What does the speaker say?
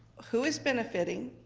who is benefiting.